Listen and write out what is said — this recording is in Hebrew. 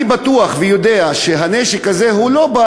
אני בטוח ויודע שהנשק הזה לא בא